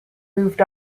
moved